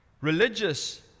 Religious